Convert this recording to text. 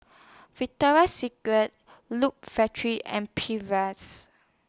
Victoria Secret Loop Factory and Perrier's